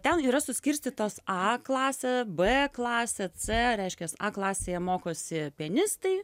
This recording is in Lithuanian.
ten yra suskirstytos a klasė b klasė c reiškias klasėje mokosi pianistai